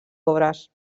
obres